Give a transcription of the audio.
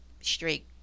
straight